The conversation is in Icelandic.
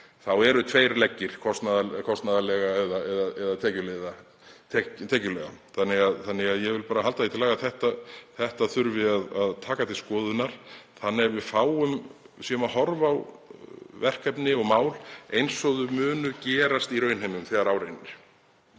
eru tveir leggir, kostnaðarlega eða tekjulega. Ég vil bara halda því til haga að þetta þurfi að taka til skoðunar þannig að við horfum á verkefni og mál eins og þau munu gerast í raunheimum þegar á reynir.